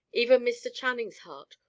even mr. channing's heart,